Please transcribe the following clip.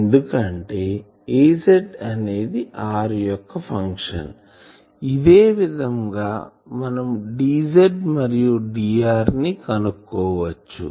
ఎందుకంటే Az అనేది r యొక్క ఫంక్షన్ ఇదే విధం గా మనము dz మరియు dr ని కనుక్కోవచ్చు